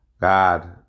God